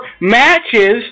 matches